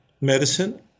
medicine